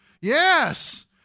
yes